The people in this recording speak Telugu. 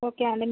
ఓకే అండి